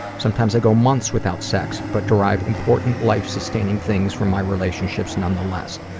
sometimes i go months without sex, but derive important, life-sustaining things from my relationships nonetheless.